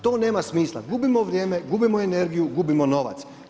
To nema smisla, gubimo vrijeme, gubimo energiju, gubimo novac.